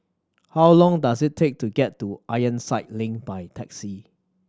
how long does it take to get to Ironside Link by taxi